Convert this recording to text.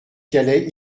calais